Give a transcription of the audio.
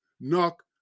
Knock